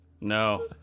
no